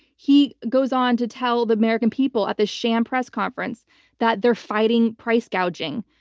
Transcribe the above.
he goes on to tell the american people at the sham press conference that they're fighting price gouging.